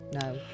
No